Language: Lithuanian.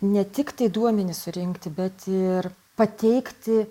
ne tiktai duomenys surinkti bet ir pateikti